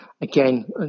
again